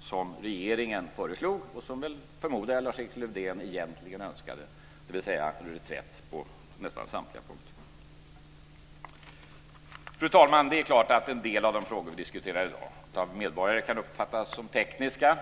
som regeringen föreslog och som jag förmodar att Lars-Erik Lövdén egentligen önskade, dvs. en reträtt på nästan samtliga punkter. Fru talman! Det är klart att en del av de frågor som vi diskuterar i dag av medborgare kan uppfattas som tekniska.